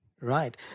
Right